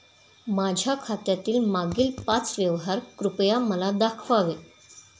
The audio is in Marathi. माझ्या खात्यातील मागील पाच व्यवहार कृपया मला दाखवावे